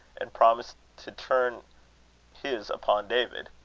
and promised to turn his upon david.